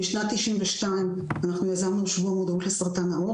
משנת 1992 אנחנו יצרנו את שבוע המודעות לסרטן העור